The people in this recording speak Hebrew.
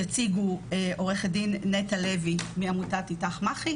יציגו עו"ד נטע לוי, מעמותת "אית"ך מעכי"